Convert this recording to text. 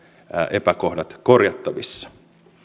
epäkohdat korjattavissa